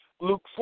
Luke